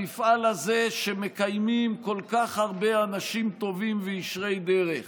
המפעל הזה שמקיימים כל כך הרבה אנשים טובים וישרי דרך